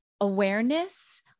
Awareness